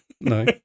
no